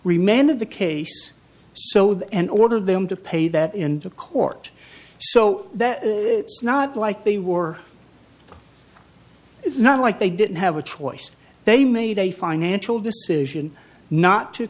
remained of the case so that and ordered them to pay that into court so that it's not like they were it's not like they didn't have a choice they made a financial decision not to